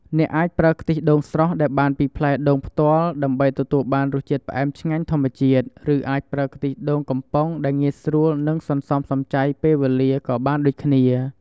អ្នកអាចប្រើខ្ទិះដូងស្រស់ដែលបានពីផ្លែដូងផ្ទាល់ ដើម្បីទទួលបានរសជាតិផ្អែមឆ្ងាញ់ធម្មជាតិ ឬអាចប្រើខ្ទិះដូងកំប៉ុងដែលងាយស្រួល និងសន្សំសំចៃពេលវេលា ក៏បានដូចគ្នា។